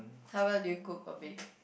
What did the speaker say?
how well do you cook or bake